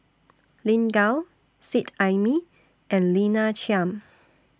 Lin Gao Seet Ai Mee and Lina Chiam